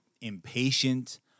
impatient